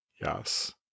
yes